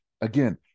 again